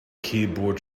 keyboard